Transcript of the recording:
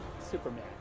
Superman